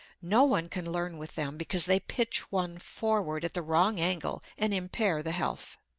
no one can learn with them because they pitch one forward at the wrong angle and impair the health.